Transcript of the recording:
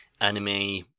anime